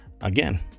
Again